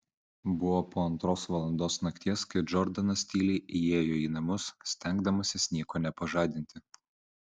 buvo po antros valandos nakties kai džordanas tyliai įėjo į namus stengdamasis nieko nepažadinti